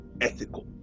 ethical